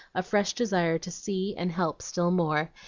a fresh desire to see and help still more,